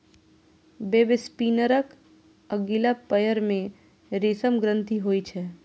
वेबस्पिनरक अगिला पयर मे रेशम ग्रंथि होइ छै